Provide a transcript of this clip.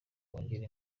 kongera